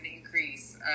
increase